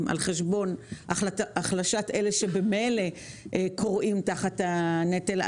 על חשבון החלשת אלה שממילא כורעים תחת הנטל,